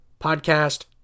Podcast